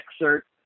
excerpt